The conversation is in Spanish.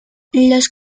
los